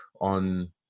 on